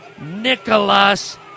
Nicholas